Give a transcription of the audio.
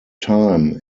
time